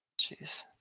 Jeez